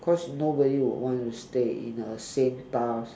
cause nobody would want to stay in a same task